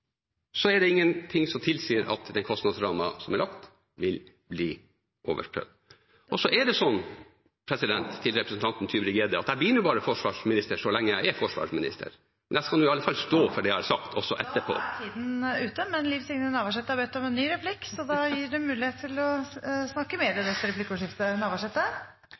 er det ingenting som tilsier at kostnadsrammen som er lagt, vil bli overprøvd Og til representanten Tybring-Gjedde: Jeg er bare forsvarsminister så lenge jeg er forsvarsminister, men jeg skal i alle fall stå for det jeg har sagt også etterpå Da er tiden ute. Det er svært interessant, og det er eigentleg beklageleg at eg ikkje tok med notata mine frå møtet på Evenes. Det